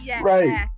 Right